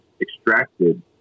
extracted